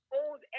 old